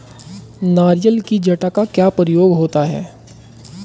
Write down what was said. नारियल की जटा का क्या प्रयोग होता है?